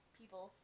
people